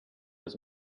his